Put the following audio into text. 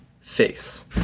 face